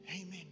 Amen